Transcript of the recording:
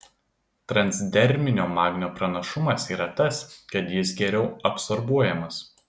transderminio magnio pranašumas yra tas kad jis geriau absorbuojamas